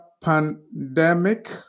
pandemic